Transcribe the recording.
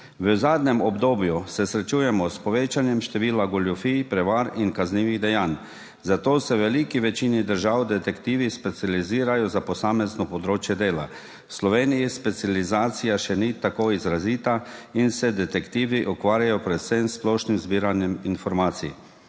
V zadnjem obdobju se srečujemo s povečanjem števila goljufij, prevar in kaznivih dejanj, zato se v veliki večini držav detektivi specializirajo za posamezno področje dela. V Sloveniji specializacija še ni tako izrazita in se detektivi ukvarjajo predvsem s splošnim zbiranjem informacij.